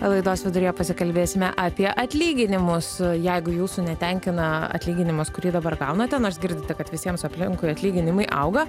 laidos viduryje pasikalbėsime apie atlyginimus jeigu jūsų netenkina atlyginimas kurį dabar gaunate nors girdite kad visiems aplinkui atlyginimai auga